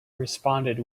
responded